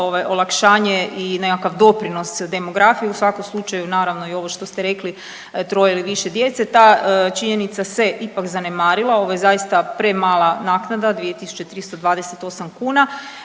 olakšanje i nekakav doprinos demografiji, u svakom slučaju naravno i ovo što ste rekli troje ili više djece. Ta činjenica se ipak zanemarila, ovo je zaista premala naknada 2.328 kuna.